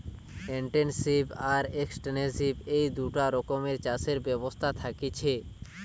intensive আর extensive এই দুটা রকমের চাষের ব্যবস্থা থাকতিছে